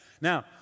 Now